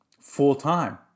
full-time